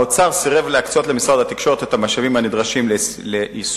האוצר סירב להקצות למשרד התקשורת את המשאבים הנדרשים ליישומן,